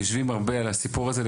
יושבים הרבה על הסיפור הזה,